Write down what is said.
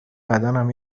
بدنم